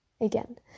again